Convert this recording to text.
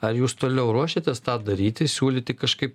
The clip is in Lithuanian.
ar jūs toliau ruošiatės tą daryti siūlyti kažkaip